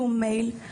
שום מייל,